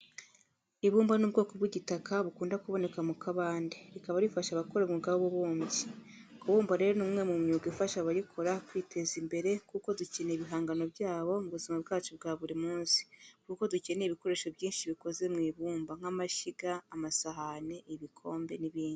Ibumba ni ubwoko bw'igitaka bukunda kuboneka mu kabande rikaba rifasha abakora umwuga w'ububumbyi. Kubumba rero ni umwe mu myuga ifasha abayikora kwiteza imbere kuko dukenera ibihangano byabo mu buzima bwacu bwa buri munsi, kuko dukenera ibikoresho byinshi bikoze mu ibumba nk'amashyiga, amasahani, ibikombe n'ibindi.